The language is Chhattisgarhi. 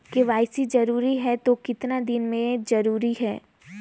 के.वाई.सी जरूरी हे तो कतना दिन मे जरूरी है?